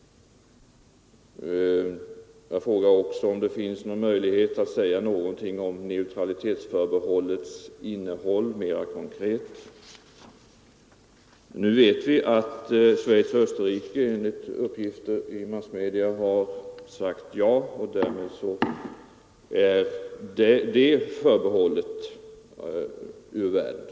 Jag frågade också om det finns någon möjlighet att säga någonting om neutralitetsförbehållets innehåll mera konkret. Nu vet vi, enligt uppgifter i massmedia, att Schweiz och Österrike har sagt ja, och därmed är det villkoret ur världen.